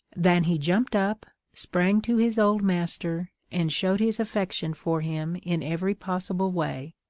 than he jumped up, sprang to his old master, and showed his affection for him in every possible way.